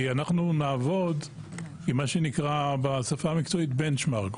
כי אנחנו נעבוד עם מה שנקרא בשפה המקצועית בנצ'מארק,